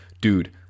Dude